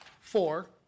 Four